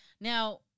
Now